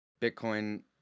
Bitcoin